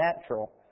natural